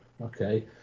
okay